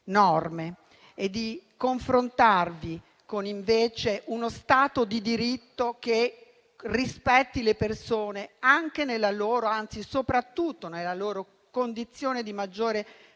e di confrontarvi con uno Stato di diritto che rispetta le persone anche, anzi soprattutto, nella loro condizione di maggiore fragilità